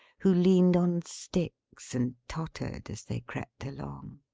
who leaned on sticks, and tottered as they crept along.